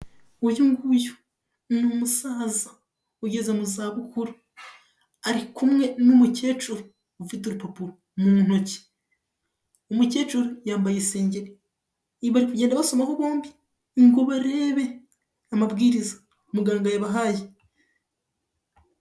Uyu nguyu n'umusaza ugeze mu zabukuru, ari kumwe n'umukecuru ufite urupapu mu ntoki, umukecuru yambaye isengeri bari kugenda basomaho bombi ngo barebe amabwiriza muganga yaba yabahaye.